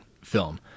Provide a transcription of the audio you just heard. film